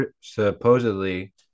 supposedly